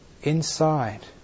inside